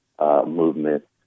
movement